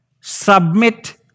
submit